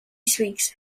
speaks